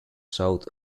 south